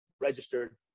registered